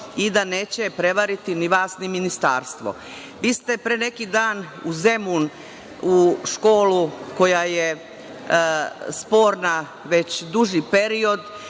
i da neće prevariti ni vas, a ni ministarstvo. Vi ste pre neki dan, u Zemunu, u školi koja je sporna već duži period,